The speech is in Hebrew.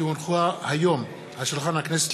כי הונחו היום על שולחן הכנסת,